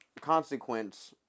consequence